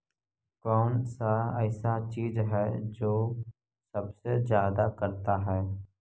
कौन सा ऐसा चीज है जो सबसे ज्यादा करता है?